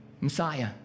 Messiah